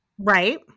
Right